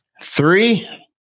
three